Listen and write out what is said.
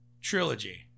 trilogy